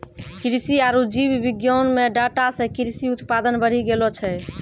कृषि आरु जीव विज्ञान मे डाटा से कृषि उत्पादन बढ़ी गेलो छै